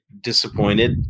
disappointed